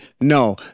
No